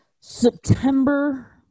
September